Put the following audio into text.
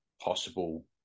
possible